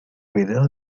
videos